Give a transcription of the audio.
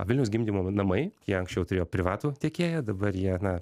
vilniaus gimdymo namai jie anksčiau turėjo privatų tiekėją dabar jie na